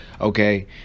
okay